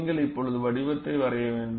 நீங்கள் இப்பொழுது வடிவத்தை வரைய வேண்டும்